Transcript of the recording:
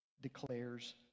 declares